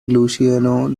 luciano